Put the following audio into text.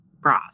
broth